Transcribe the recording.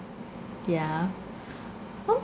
yeah oh